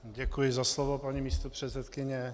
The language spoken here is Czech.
Děkuji za slovo, paní místopředsedkyně.